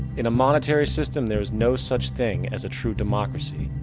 in a monetary system, there is no such thing as a true democracy,